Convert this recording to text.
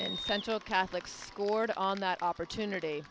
and central catholic school board on that opportunity